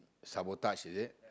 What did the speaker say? sabotage is it